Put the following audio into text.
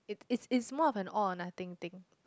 it is is more of an all or nothing thing